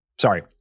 Sorry